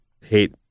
hate